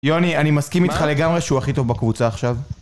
יוני, אני מסכים איתך לגמרי שהוא הכי טוב בקבוצה עכשיו.